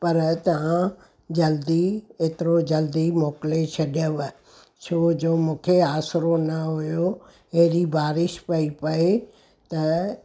पर तव्हां जल्दी एतिरो जल्दी मोकिले छॾियव छोजो मूंखे आसिरो न हुओ अहिड़ी बारिश पई पए त